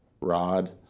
Rod